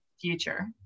future